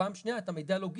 פעם שנייה את המידע הלוגיסטי